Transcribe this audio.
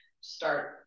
start